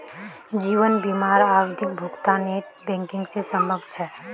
जीवन बीमार आवधिक भुग्तान नेट बैंकिंग से संभव छे?